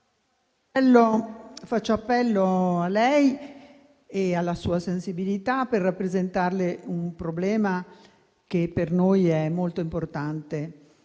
faccio appello a lei e alla sua sensibilità per rappresentarle un problema che per noi è molto importante.